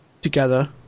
together